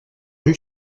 rue